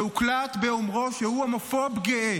הוקלט באומרו שהוא הומופוב גאה.